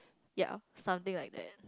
ya something like that